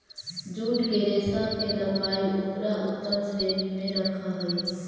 jute के रेशा के लम्बाई उकरा उत्तम श्रेणी में रखऽ हई